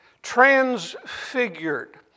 transfigured